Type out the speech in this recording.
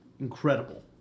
incredible